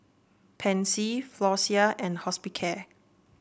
Pansy Floxia and Hospicare